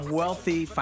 wealthy